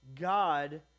God